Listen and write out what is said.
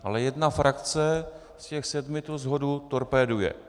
Ale jedna frakce z těch sedmi tu shodu torpéduje.